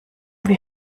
wie